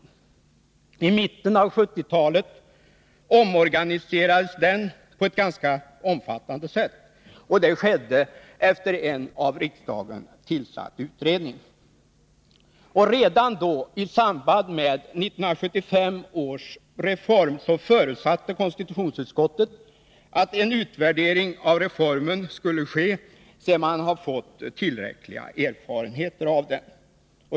I mitten av 1970-talet omorganiserades den på ett ganska omfattande sätt, och det skedde efter en av riksdagen tillsatt utredning. Redan då, i samband med 1975 års reform, förutsatte konstitutionsutskottet att en utvärdering av reformen skulle ske sedan man hade fått tillräckliga erfarenheter av den.